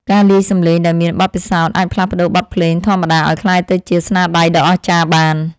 អ្នកលាយសំឡេងដែលមានបទពិសោធន៍អាចផ្លាស់ប្តូរបទភ្លេងធម្មតាឱ្យក្លាយទៅជាស្នាដៃដ៏អស្ចារ្យបាន។